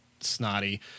snotty